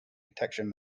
detection